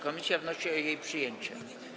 Komisja wnosi o jej przyjęcie.